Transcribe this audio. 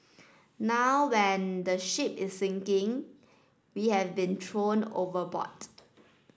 now when the ship is sinking we have been thrown overboard